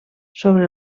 sobre